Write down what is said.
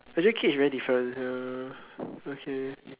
actually cage very different okay